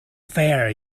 fair